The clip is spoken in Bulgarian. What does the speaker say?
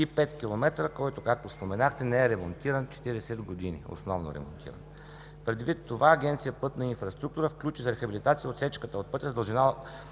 км, който, както споменахте, не е основно ремонтиран 40 години. Предвид това Агенция „Пътна инфраструктура“ включи за рехабилитация отсечката от пътя с дължина